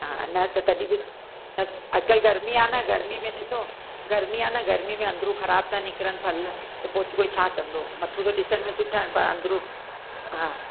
हा न त तॾहिं बि न अॼु कल्ह गर्मी आहे न गर्मी में ॾिसो गर्मी आहे न गर्मी में अंदरां ख़राबु था निकिरनि फल त पोइ को कोई छा कंदो मथां त ॾिसण में सुठा आहिनि पर अंदरां हा